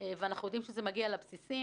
ואנחנו יודעים שזה מגיע לבסיסים,